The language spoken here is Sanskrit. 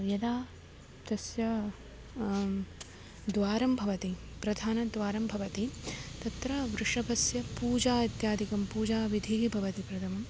यदा तस्य द्वारं भवति प्रधानद्वारं भवति तत्र वृषभस्य पूजा इत्यादिकं पूजाविधिः भवति प्रथमम्